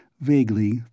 Vaguely